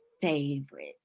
favorite